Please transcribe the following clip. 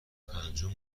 پنجم